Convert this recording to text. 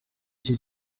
iki